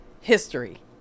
history